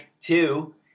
two